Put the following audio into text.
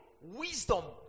wisdom